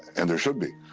and there should be,